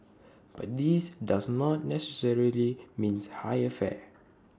but this does not necessarily means higher fare